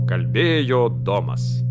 kalbėjo domas